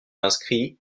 inscrit